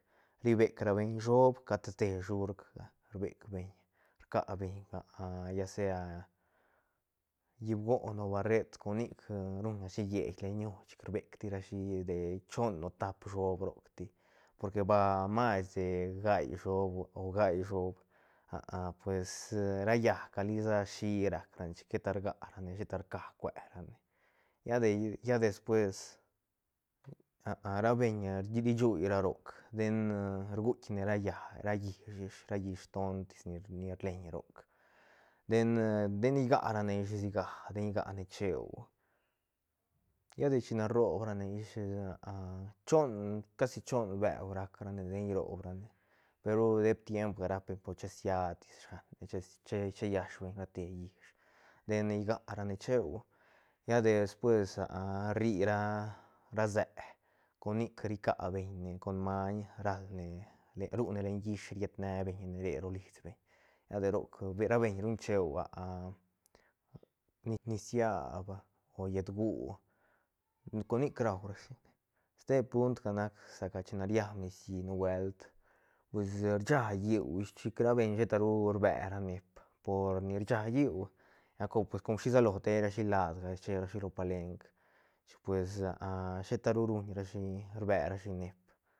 Ribec rabeñ shöb cat te shurcga rbec beiñ rcabeñ lla sea llíb goon o barret con nic ruñrashi lleít lenñu chit rbectirashi de chon o tap shöb roc ti porque ba mas de gaí shöb o gaí shöb pues ra llaäcga lisa shii rac rane chic sheta rgarane sheta rca cuerane lla despues ra beñ ri shuí roc den rguikne ra llaäc ra llish ish ra llish tontis ni rleñroc den den igarane den igane cheu lla de china rob rane ish chon casi chon beu racrane den riobne peru dep tiemga rap beñ por chisiane shanne che- che- che llash beñ rate llish den rgiarane cheu lla de despues rri ra seë con nic ricabeñne con maiñ ralne rune len yiish ried nebeñne re ro lisbeñ lla de roc rabeñ ruñ cheu ni- ni siab o llët gú con nic raurashi ste puntga nac china riab nicií nubuelt pues rcha lliú ish chic rabeñ sheta ru rbé ra neep por ni rcha lliú lla cor com shisalo teirashi ladga cherashi ro palenk chic pues sheta ru ruñrashi rbe ra shi neep.